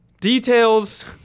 details